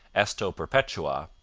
esto perpetua,